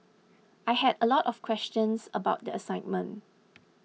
I had a lot of questions about the assignment